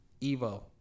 Evo